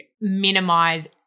minimize